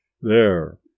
There